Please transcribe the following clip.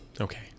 okay